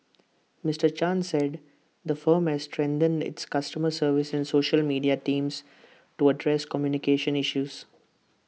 Mister chan said the firm has strengthened its customer service and social media teams to address communication issues